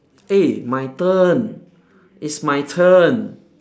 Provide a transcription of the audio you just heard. eh my turn it's my turn